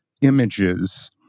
images